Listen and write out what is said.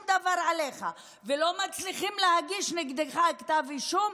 דבר עליך ולא מצליחים להגיש נגדך כתב אישום,